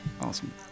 Awesome